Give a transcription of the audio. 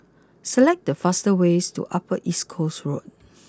select the fastest way to Upper East Coast Road